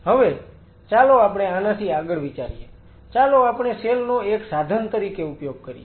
હવે ચાલો આપણે આનાથી આગળ વિચારીએ ચાલો આપણે સેલ નો એક સાધન તરીકે ઉપયોગ કરીએ